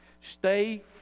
Stay